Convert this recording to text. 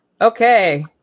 Okay